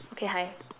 okay hi